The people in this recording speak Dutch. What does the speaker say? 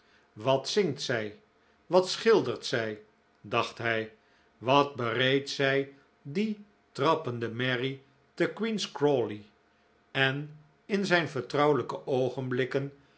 wat zingt zij wat schildert zij dacht hij wat bereed zij die trappende merrie te queen's crawley en in zijn vertrouwelijke